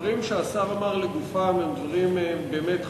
הדברים שהשר אמר לגופם הם דברים באמת חשובים.